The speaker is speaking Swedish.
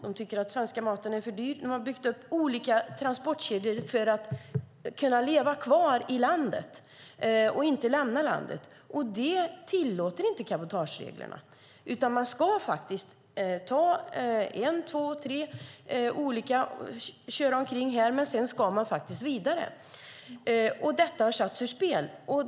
De tycker att den svenska maten är för dyr. De har byggt upp olika transportkedjor för att kunna leva kvar och inte behöva lämna landet. Det tillåter inte cabotagereglerna. Man kan ta en, två eller tre olika körningar här, men sedan ska man faktiskt vidare. Detta har satts ur spel.